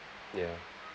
ya